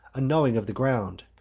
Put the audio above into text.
unknowing of the ground,